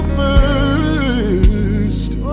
first